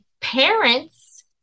parents